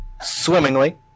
swimmingly